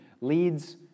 leads